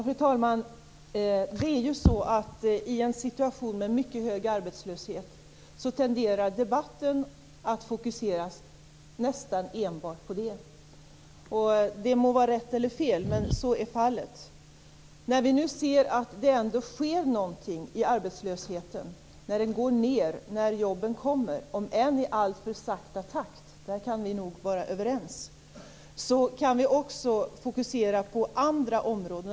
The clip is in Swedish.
Fru talman! I en situation med mycket hög arbetslöshet tenderar debatten att fokuseras nästan enbart på det. Det må vara rätt eller fel, men så är fallet. När vi nu ser att det ändå sker någonting, att arbetslösheten minskar och jobben kommer, om än i alltför långsam takt - om det kan vi nog vara överens - kan vi också fokusera på andra områden.